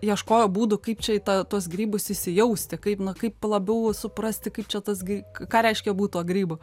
ieškojo būdų kaip čia į tą tuos grybus įsijausti kaip na kaip labiau suprasti kaip čia tas gi ką reiškia būt tuo grybu